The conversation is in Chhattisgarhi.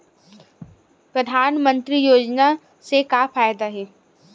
परधानमंतरी योजना से का फ़ायदा हे?